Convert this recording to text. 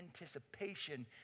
anticipation